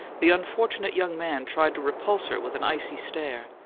the unfortunate young man tried to repulse her with an icy stare,